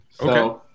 okay